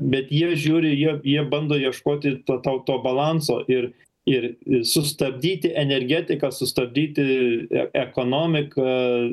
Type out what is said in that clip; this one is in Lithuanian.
bet jie žiūri jie jie bando ieškoti to tau to balanso ir ir sustabdyti energetiką sustabdyti ekonomiką